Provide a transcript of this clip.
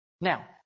Now